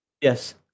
yes